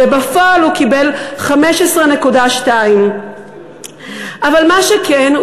ובפועל הוא קיבל 15.2. אבל מה שכן,